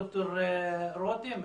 ד"ר רותם,